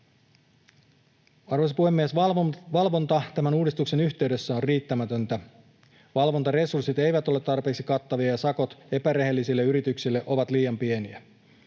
Arvoisa puhemies! Valvonta tämän uudistuksen yhteydessä on riittämätöntä. Valvontaresurssit eivät ole tarpeeksi kattavia, ja sakot epärehellisille yrityksille ovat liian pieniä.